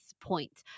point